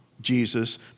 Jesus